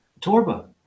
Torba